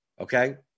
Okay